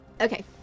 Okay